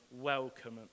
welcome